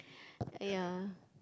ya